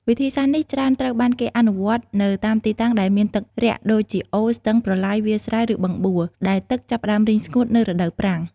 វិធីសាស្ត្រនេះច្រើនត្រូវបានគេអនុវត្តនៅតាមទីតាំងដែលមានទឹករាក់ដូចជាអូរ ស្ទឹង ប្រឡាយ វាលស្រែ ឬបឹងបួ ដែលទឹកចាប់ផ្តើមរីងស្ងួតនៅរដូវប្រាំង។